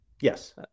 Yes